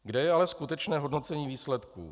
Kde je ale skutečné hodnocení výsledků?